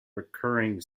recurring